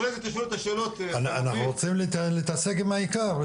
אנחנו רוצים להתעסק עם העיקר.